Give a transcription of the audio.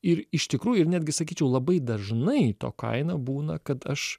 ir iš tikrųjų ir netgi sakyčiau labai dažnai to kaina būna kad aš